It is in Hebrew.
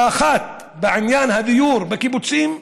האחת בעניין הדיור בקיבוצים,